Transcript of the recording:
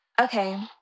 Okay